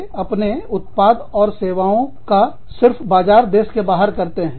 वे अपने उत्पाद एवं सेवाओं का सिर्फ बाजार देश के बाहर करते हैं